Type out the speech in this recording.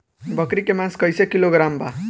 बकरी के मांस कईसे किलोग्राम बा?